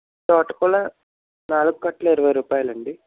తోటకూర నాలుగు కట్టలు ఇరవై రూపాయిలండి